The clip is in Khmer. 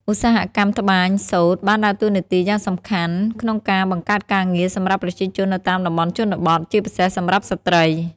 ឧស្សាហកម្មត្បាញសូត្របានដើរតួនាទីយ៉ាងសំខាន់ក្នុងការ បង្កើតការងារ សម្រាប់ប្រជាជននៅតាមតំបន់ជនបទ ជាពិសេសសម្រាប់ស្ត្រី។